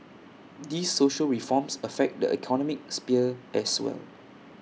these social reforms affect the economic sphere as well